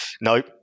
No